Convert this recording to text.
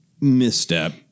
misstep